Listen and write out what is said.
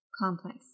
complex